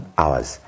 hours